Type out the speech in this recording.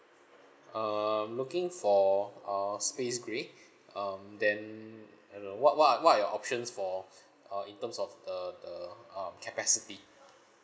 uh I'm looking for uh uh space grey um then I don't know what what are what are your options for err in terms of the the uh capacity